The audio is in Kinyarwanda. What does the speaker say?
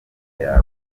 yawe